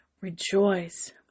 Rejoice